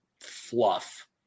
fluff